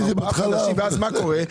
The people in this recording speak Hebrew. ואז מה קורה?